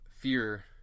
fear